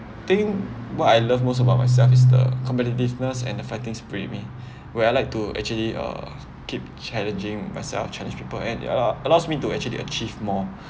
think what I love most about myself is the competitiveness and the fighting spirit in me where I like to actually uh keep challenging myself challenge people and ya lah allows me to actually achieve more